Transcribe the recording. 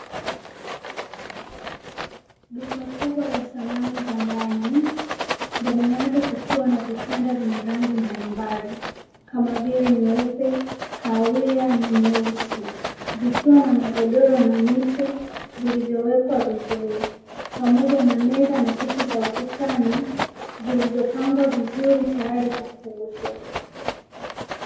Duka kubwa la samani za ndani, ndani yake kukiwa na vitanda vyenye rangi mbalimbali kama vile nyeupe, kahawia na nyeusi. Vikiwa na magodoro na mito vilivyowekwa vizuri, pamoja na meza na picha za ukutani zilizopangwa vizuri tayari kwa kuuzwa.